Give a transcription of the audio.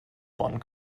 bonn